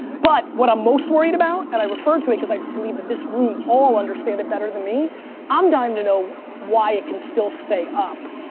but what i'm most worried about and i refer to it cause i believe that this room all understand it better than me i'm dying to know why it can still stay up.